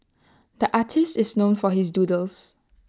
the artist is known for his doodles